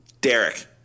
Derek